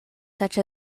such